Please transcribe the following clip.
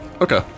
Okay